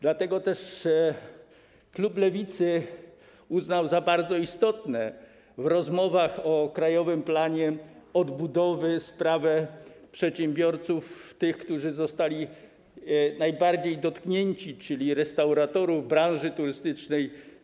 Dlatego też klub Lewicy uznał za bardzo istotną w rozmowach o Krajowym Planie Odbudowy sprawę tych przedsiębiorców, którzy zostali najbardziej dotknięci, czyli restauratorów, branżę turystyczną.